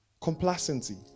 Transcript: complacency